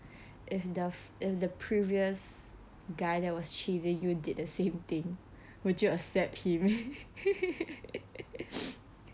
if the if the previous guy that was chasing you did the same thing would you accept him